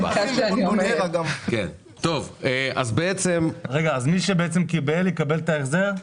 אז מי שקיבל, יקבל את ההחזר?